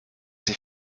sie